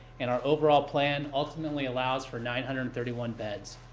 and our overall plan ultimately allows for nine hundred and thirty one beds.